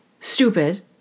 stupid